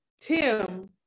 Tim